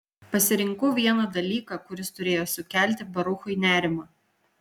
pasirinkau vieną dalyką kuris turėjo sukelti baruchui nerimą